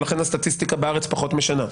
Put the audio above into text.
ולכן הסטטיסטיקה בארץ פחות משנה.